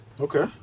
Okay